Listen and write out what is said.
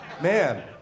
Man